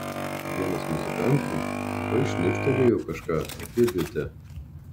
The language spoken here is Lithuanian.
vienas muzikantų tuoj šnibžtelėjo kažką apie bitę